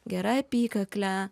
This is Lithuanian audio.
gera apykakle